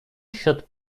счет